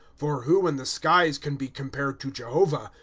for who in the skies can be compared to jehovah,